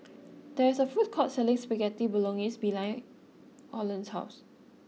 there is a food court selling Spaghetti Bolognese behind Orland's house